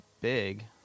big